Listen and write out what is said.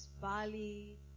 Bali